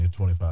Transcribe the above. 25